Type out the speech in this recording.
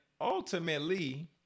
ultimately